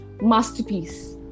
masterpiece